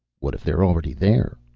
what if they're already there?